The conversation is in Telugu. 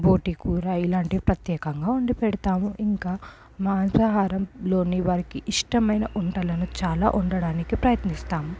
బోటి కూర ఇలాంటి ప్రత్యేకంగా వండి పెడతాము ఇంకా మాంసాహారంలోని వారికి ఇష్టమైన వంటలను చాలా వండటానికి ప్రయత్నిస్తాము